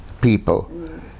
people